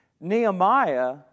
Nehemiah